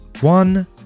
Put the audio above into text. one